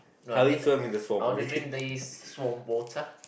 no I mean I want to drink this swamp water